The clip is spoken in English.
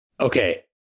Okay